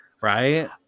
right